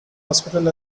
hospital